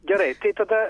gerai tai tada